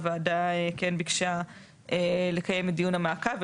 הוועדה כן ביקשה לקיים את דיון המעקב,